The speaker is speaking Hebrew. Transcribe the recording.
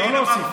הינה.